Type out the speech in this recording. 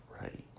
Right